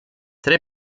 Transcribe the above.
tre